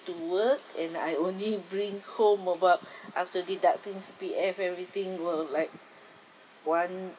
to work and I only bring home about after deducting C_P_F everything were like one